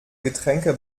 getränke